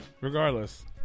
regardless